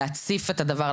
להציף את הדבר,